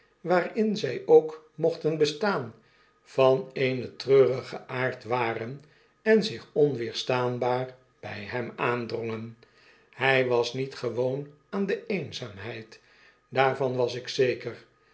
waarin zjj ook mochten bestaan van eenen treurigen aard waren en zich onweerstaanbaar by hem aandrongen hy was niet gewoon aan de eenzaamheid daarvan was ik zeker